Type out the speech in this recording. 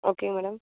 okay madam